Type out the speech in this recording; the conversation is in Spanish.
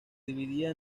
dividía